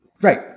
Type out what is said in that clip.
Right